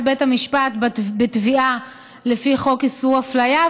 בית המשפט בתביעה לפי חוק איסור הפליה,